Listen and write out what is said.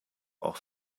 auch